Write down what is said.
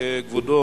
כבודו,